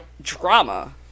drama